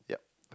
yup